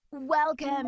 Welcome